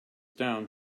down